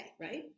right